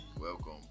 Welcome